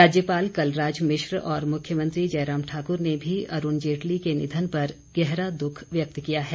राज्यपाल कलराज मिश्र और मुख्यमंत्री जयराम ठाकुर ने भी अरूण जेटली के निधन पर गहरा दुख व्यक्त किया है